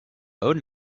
own